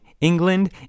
England